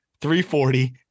340